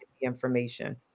information